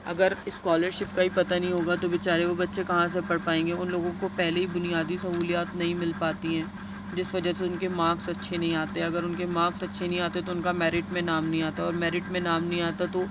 اگر اسکالرشپ کا ہی پتا نہیں ہوگا تو بیچارے وہ بچے کہاں سے پڑھ پائیں گے ان لوگوں کو پہلے ہی بنیادی سہولیات نہیں مل پاتی ہیں جس وجہ سے ان کے مارکس اچھے نہیں آتے اگر ان کے مارکس اچھے نہیں آتے تو ان کا میرٹ میں نام نہیں آتا اور میرٹ میں نام نہیں آتا تو